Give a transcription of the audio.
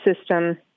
system